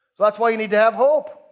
that's why we need to have hope.